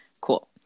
Cool